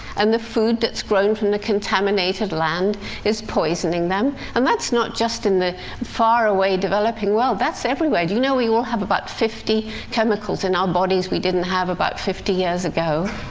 and the food that's grown from the contaminated land is poisoning them. and that's not just in the far-away developing world that's everywhere. do you know we all have about fifty chemicals in our bodies we didn't have about fifty years ago?